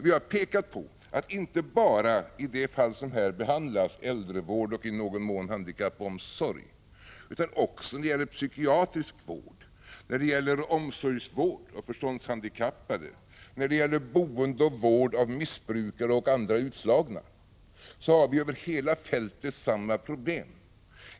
Vi har pekat på att man inte bara i de fall som här behandlas — äldrevård och i viss mån handikappomsorg — utan också när det gäller psykiatrisk vård, omsorgsvård av förståndshandikappade samt när det gäller boende och vård av missbrukare och andra utslagna över hela fältet har samma problem.